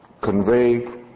convey